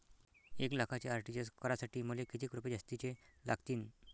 एक लाखाचे आर.टी.जी.एस करासाठी मले कितीक रुपये जास्तीचे लागतीनं?